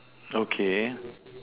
okay